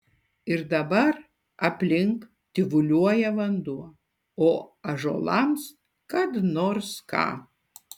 ir dabar aplink tyvuliuoja vanduo o ąžuolams kad nors ką